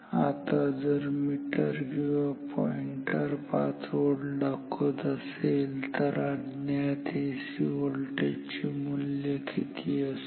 आता जर मीटर किंवा पॉईंटर 5 व्होल्ट दाखवत असेल तर अज्ञात एसी व्होल्टेज चे मूल्य किती असेल